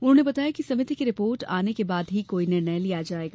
उन्होंने बताया कि समिति की रिपोर्ट के बाद ही कोई निर्णय लिया जायेगा